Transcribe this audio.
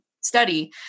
study